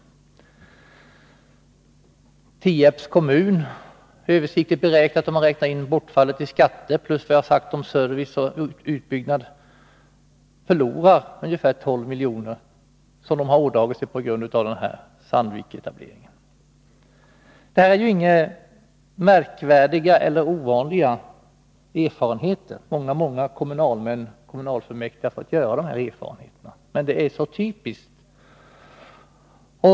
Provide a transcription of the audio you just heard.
Tierps kommun har — om man räknar in bortfallet av skatter och det som jag sagt om service och utbyggnad — översiktligt räknat med att förlora ungefär 12 milj.kr. på grund av Sandviksetableringen. Här rör det sig ju inte om några ovanliga erfarenheter. Många kommun fullmäktige har fått göra sådana här erfarenheter, men det är typiskt.